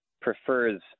prefers